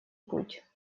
путь